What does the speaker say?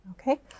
Okay